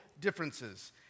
differences